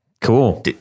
cool